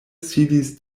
sidis